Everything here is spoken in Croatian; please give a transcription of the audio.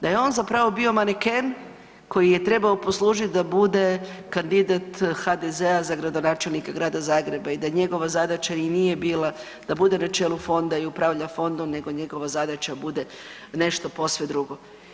Da je on zapravo bio maneken koji je trebao poslužit da bude kandidat HDZ-a za gradonačelnika Grada Zagreba i da njegova zadaća i nije bila da bude na čelu fonda i upravlja fondom nego da njegova zadaća bude nešto posve drugo.